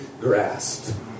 grasped